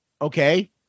okay